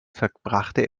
verbrachte